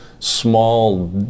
small